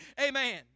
amen